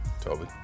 toby